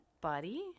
buddy